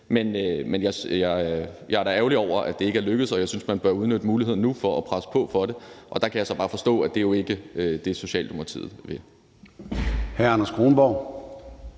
Men jeg er da ærgerlig over, at det ikke er lykkedes, og jeg synes, man bør udnytte muligheden nu for at presse på for det. Der kan jeg så bare forstå, at det jo ikke er det, Socialdemokratiet vil.